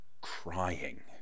crying